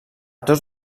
tots